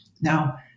Now